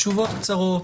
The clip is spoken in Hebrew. תשובות קצרות.